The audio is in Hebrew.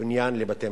ובניין לבתי-משפט.